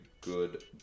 good